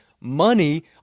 money